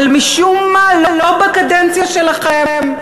אבל משום מה לא בקדנציה שלכם,